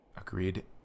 Agreed